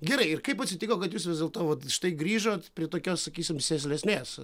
gerai ir kaip atsitiko kad jūs vis dėlto vat štai grįžot prie tokios sakysim sėslesnės